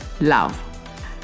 love